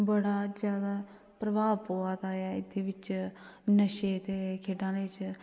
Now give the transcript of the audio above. बडा ज्यादा प्रभाव पवा दा ऐ ते एह्दे बिच्च नशे ते खेढैं च